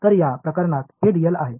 तर या प्रकरणात हे dl आहे